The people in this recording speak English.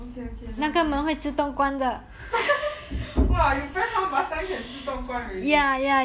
okay okay never mind ha ha ha !wah! you press one button can 自动关 already